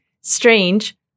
strange